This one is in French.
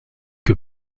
que